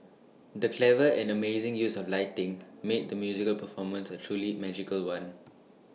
the clever and amazing use of lighting made the musical performance A truly magical one